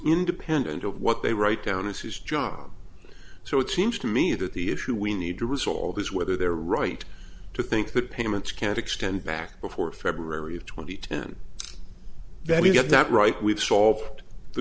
independent of what they write down as his job so it seems to me that the issue we need to resolve is whether they're right to think that payments can't extend back before february of twenty ten that we've got that right we've solved the